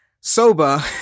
sober